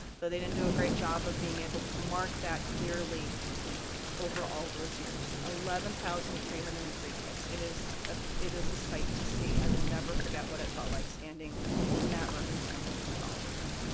though they didn't do a great job of being able to mark that clearly over all of those years. eleven thousand three hundred and three kits. it is ah it is a sight to see, i will never forget what it felt like standing in that room and looking at all of them.